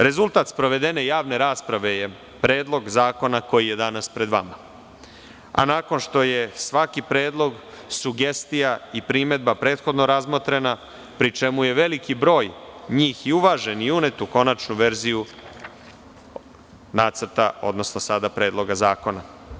Rezultat sprovedene javne rasprave je predlog zakona koji je danas pred vama, a nakon što je svaki predlog, sugestija, primedba prethodno razmotrena, pri čemu je veliki broj unet u konačnu verziju Nacrta, odnosno sada predloga zakona.